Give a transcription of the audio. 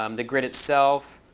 um the grid itself,